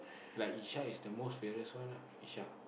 like Yishah is the most fearless one lah Yishah